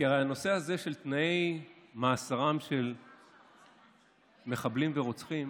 כי הנושא הזה של תנאי מאסרם של מחבלים ושל רוצחים